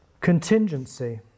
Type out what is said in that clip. Contingency